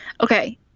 okay